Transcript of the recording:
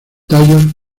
tallos